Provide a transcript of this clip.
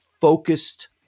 focused